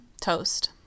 toast